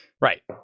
right